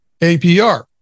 APR